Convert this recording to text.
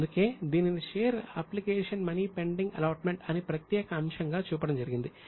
అందుకే దీనిని share application money pending allotment అని ప్రత్యేక అంశంగా చూపడం జరిగింది